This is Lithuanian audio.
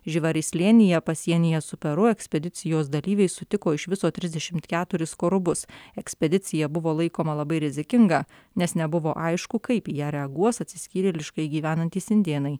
živari slėnyje pasienyje su peru ekspedicijos dalyviai sutiko iš viso trisdešimt keturis korubus ekspedicija buvo laikoma labai rizikinga nes nebuvo aišku kaip į ją reaguos atsiskyrėliškai gyvenantys indėnai